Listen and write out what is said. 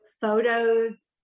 photos